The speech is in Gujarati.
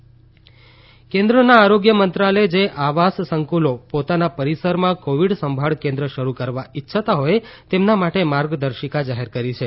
કોવિડ આવાસ પરિસર કેન્દ્રના આરોગ્ય મંત્રાલયે જે આવાસ સંકુલો પોતાના પરિસરમાં કોવિડ સંભાળ કેન્દ્ર શરૂ કરવા ઈચ્છતા હોય તેમના માટે માર્ગદર્શિકા જાહેર કરી છે